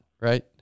right